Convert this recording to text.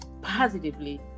Positively